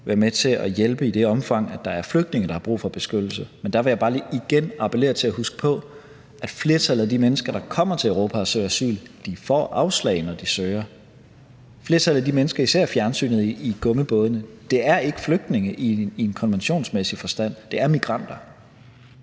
være med til at hjælpe i det omfang, hvor der er flygtninge, der har brug for beskyttelse. Men der vil jeg bare lige igen appellere til at huske på, at flertallet af de mennesker, der kommer til Europa og søger asyl, får afslag, når de søger. Flertallet af de mennesker, I ser i fjernsynet i gummibådene, er ikke flygtninge i en konventionsmæssig forstand; de er migranter.